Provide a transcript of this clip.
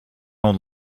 own